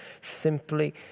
simply